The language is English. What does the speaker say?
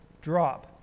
drop